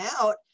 out